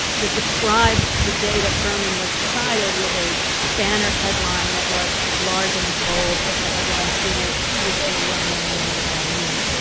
describes the day that furman was decided with a banner headline that was as large and as bold as the headline three years previously when a man landed on the moon.